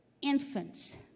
infants